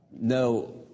no